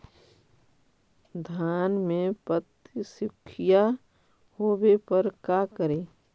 धान मे पत्सुखीया होबे पर का करि?